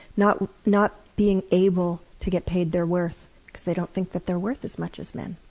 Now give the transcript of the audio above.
not not being able to get paid their worth because they don't think that they're worth as much as men.